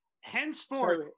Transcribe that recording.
Henceforth